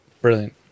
Brilliant